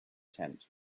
tent